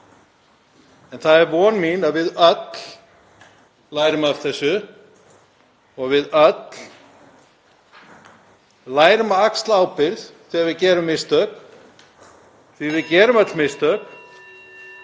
En það er von mín að við öll lærum af þessu og við öll lærum að axla ábyrgð þegar við gerum mistök, af því að við gerum öll mistök.